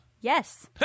Yes